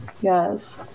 yes